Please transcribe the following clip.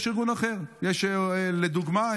יש ארגון אחר, לדוגמה,